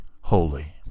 holy